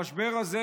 המשבר הזה,